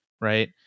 right